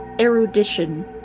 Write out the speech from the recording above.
erudition